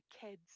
kids